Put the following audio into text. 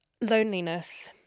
loneliness